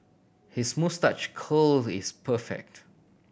his moustache curl is perfect